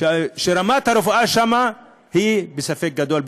ממקומות שרמת הרפואה בהם היא בספק גדול,